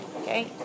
okay